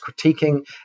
critiquing